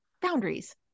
boundaries